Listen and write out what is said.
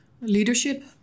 Leadership